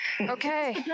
Okay